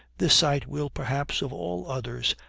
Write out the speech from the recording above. this sight will, perhaps, of all others,